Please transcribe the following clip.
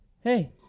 hey